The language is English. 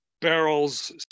barrels